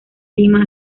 lima